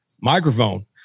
microphone